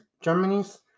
Germany's